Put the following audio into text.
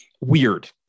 weird